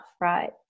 right